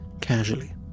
casually